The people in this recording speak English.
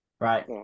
Right